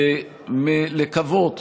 ואני מקווה,